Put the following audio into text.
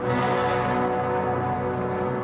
or